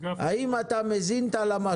האם אתה מזין את הלמ"ס,